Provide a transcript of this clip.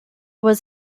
was